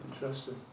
Interesting